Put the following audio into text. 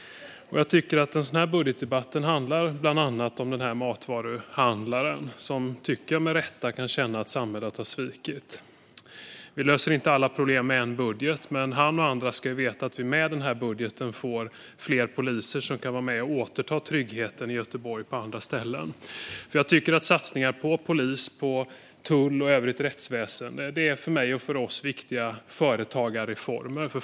En sådan här budgetdebatt handlar bland annat om den här matvaruhandlaren som med rätta kan känna att samhället har svikit. Vi löser inte alla problem med en budget. Men han och andra ska veta att vi med den här budgeten får fler poliser som kan vara med och återta tryggheten i Göteborg och på andra ställen. Satsningar på polis, tull och övrigt rättsväsen är för mig och för oss viktiga företagarreformer.